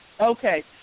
Okay